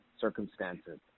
circumstances